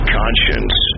conscience